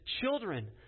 children